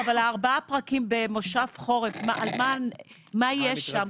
לא, אבל ארבעה הפרקים במושב החורף, מה יש שם?